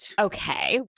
Okay